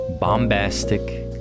bombastic